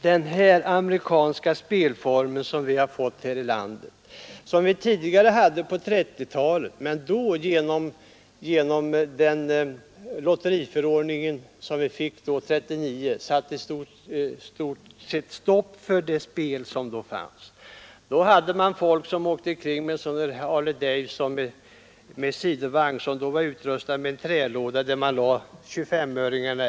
Den amerikanska spelform vi haft här i landet tidigare satte vi stopp för på 1930-talet genom den lotteriförordning som infördes 1939. Fram till dess hade folk åkt omkring med Harley Davidson-motorcyklar med sidovagn, där man hade en trälåda i vilken man skyfflade in 2S-öringarna.